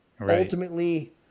ultimately